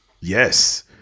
Yes